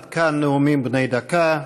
עד כאן נאומים בני דקה.